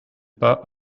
pas